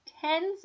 tens